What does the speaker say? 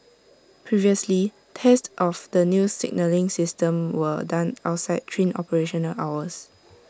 previously tests of the new signalling system were done outside train operational hours